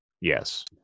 Yes